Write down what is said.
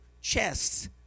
chests